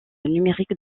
numérique